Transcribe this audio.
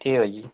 ଠିକ୍ ଅଛେ